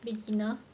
been enough